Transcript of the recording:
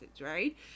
right